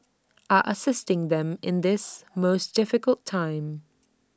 are assisting them in this most difficult time